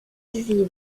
vive